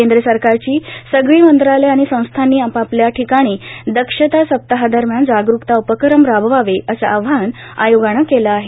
केंद्र सरकारची सगळी मंत्रालयं आणि संस्थांनी आपापल्या ठिकाणी दक्षता सप्ताहादरम्यान जाग़कता उपक्रम राबवावे असं आवाहन आयोगानं केलं आहे